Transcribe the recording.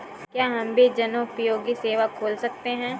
क्या हम भी जनोपयोगी सेवा खोल सकते हैं?